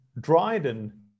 Dryden